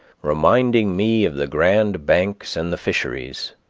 reminding me of the grand banks and the fisheries.